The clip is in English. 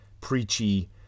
preachy